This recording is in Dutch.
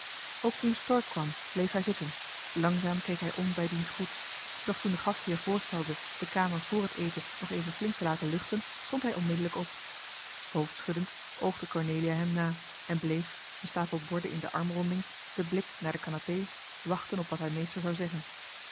ook toen stork kwam bleef hij zitten langzaam keek hij om bij diens groet doch toen de gastheer voorstelde de kamer vr het eten nog even flink te laten luchten stond hij onmiddellijk op hoofdschuddend oogde cornelia hem na en bleef een stapel borden in de armronding den blik naar de kanapee wachten op wat haar meester zou zeggen